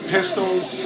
Pistols